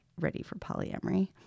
readyforpolyamory